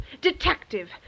detective